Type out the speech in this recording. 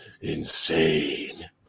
insane